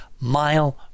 mile